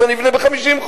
אז אני אבנה ב-50 חודש,